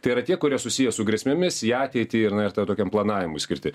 tai yra tie kurie susiję su grėsmėmis į ateitį ir na ir ta tokiam planavimui skirti